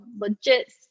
legit